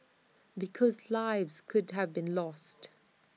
because lives could have been lost